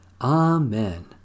Amen